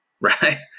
right